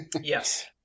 Yes